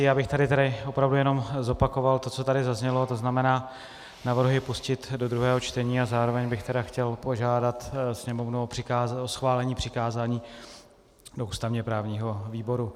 Já bych tady opravdu jenom zopakoval to, co tady zaznělo, to znamená, navrhuji pustit do druhého čtení, a zároveň bych chtěl požádat Sněmovnu o schválení přikázání do ústavněprávního výboru.